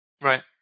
right